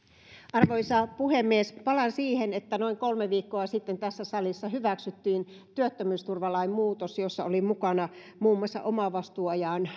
arvoisa puhemies palaan siihen että noin kolme viikkoa sitten tässä salissa hyväksyttiin työttömyysturvalain muutos jossa oli mukana muun muassa omavastuuajan